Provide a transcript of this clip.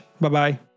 Bye-bye